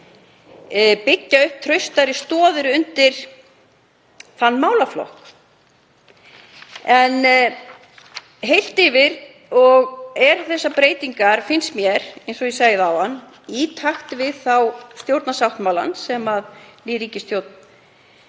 byggja traustari stoðir undir þann málaflokk. Heilt yfir eru þessar breytingar, finnst mér, eins og ég sagði áðan, í takt við stjórnarsáttmálann sem ný ríkisstjórn